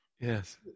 Yes